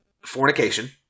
fornication